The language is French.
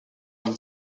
une